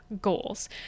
goals